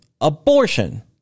Abortion